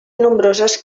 nombroses